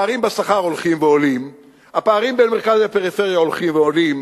הפערים בשכר הולכים ועולים,